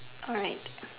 alright